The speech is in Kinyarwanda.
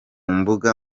mbuga